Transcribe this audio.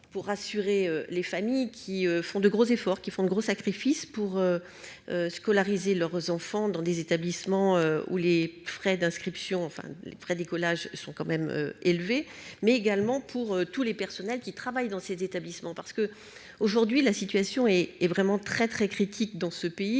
pour rassurer les familles qui font de gros efforts qui font de gros sacrifices pour scolariser leurs enfants dans des établissements où les frais d'inscription, enfin les frais écolage sont quand même élevés mais également pour tous les personnels qui travaillent dans ces établissements, parce que, aujourd'hui, la situation est est vraiment très très critique dans ce pays,